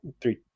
three